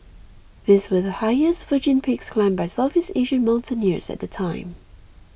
these were the highest virgin peaks climbed by Southeast Asian mountaineers at the time